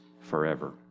forever